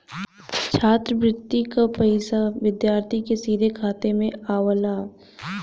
छात्रवृति क पइसा विद्यार्थी के सीधे खाते में आवला